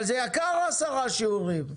אבל זה יקר עשרה שיעורים,